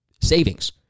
savings